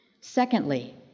Secondly